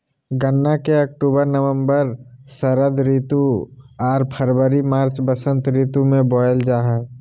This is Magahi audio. गन्ना के अक्टूबर नवम्बर षरद ऋतु आर फरवरी मार्च बसंत ऋतु में बोयल जा हइ